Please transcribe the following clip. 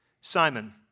Simon